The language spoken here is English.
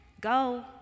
go